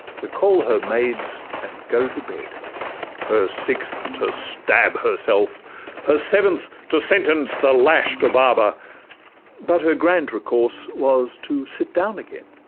to call her maids and go to bed her sixth, to stab herself her seventh, to sentence the lash to baba but her grand resource was to sit down again,